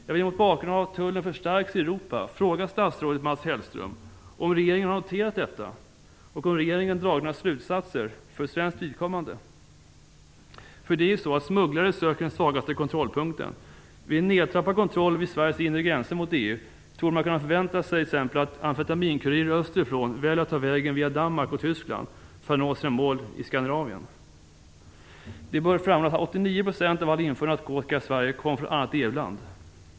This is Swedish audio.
Jag vill mot bakgrund av att tullen förstärks i Europa fråga statsrådet Mats Hellström om regeringen har noterat detta och om regeringen dragit några slutsatser för svenskt vidkommande. Smugglare söker den svagaste kontrollpunkten. Vid en nedtrappad kontroll vid Sveriges inre gränser mot EU torde man kunna förvänta sig att t.ex. amfetaminkurirer österifrån väljer att ta vägen via Danmark och Tyskland för att nå sina mål i Skandinavien. Det bör framhållas att 89 % av all införd narkotika i Sverige kommer från ett annat EU-land.